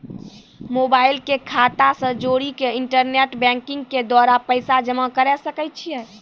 Mobile के खाता से जोड़ी के इंटरनेट बैंकिंग के द्वारा पैसा जमा करे सकय छियै?